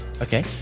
Okay